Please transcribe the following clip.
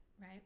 right